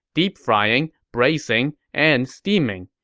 deep frying, braising, and steaming.